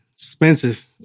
Expensive